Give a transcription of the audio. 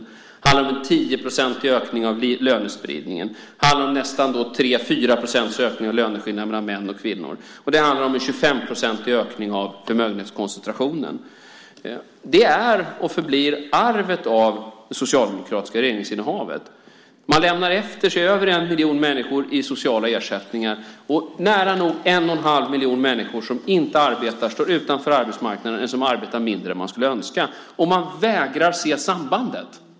Det handlar om en 10-procentig ökning av lönespridningen. Det handlar om nästan 3-4 procents ökning av löneskillnaden mellan män och kvinnor. Det handlar om en 25-procentig ökning av förmögenhetskoncentrationen. Det är och förblir arvet av det socialdemokratiska regeringsinnehavet. Man lämnar efter sig över en miljon människor i sociala ersättningar och nära nog en och en halv miljon människor som inte arbetar, som står utanför arbetsmarknaden eller som arbetar mindre än man skulle önska. Och man vägrar att se sambandet.